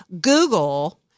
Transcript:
Google